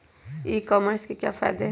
ई commerce के क्या फायदे हैं?